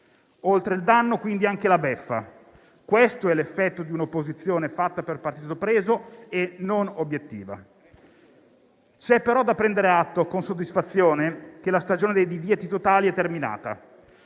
oltre il danno, anche la beffa. Questo è l'effetto di un'opposizione fatta per partito preso e non obiettiva. C'è però da prendere atto, con soddisfazione, che la stagione dei divieti totali è terminata.